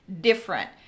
different